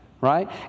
right